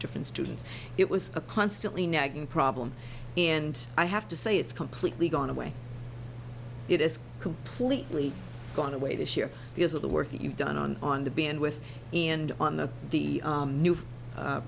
different students it was a constantly nagging problem and i have to say it's completely gone away it is completely gone away this year because of the work that you've done on on the b and with and on the the new